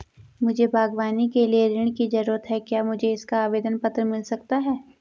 मुझे बागवानी के लिए ऋण की ज़रूरत है क्या मुझे इसका आवेदन पत्र मिल सकता है?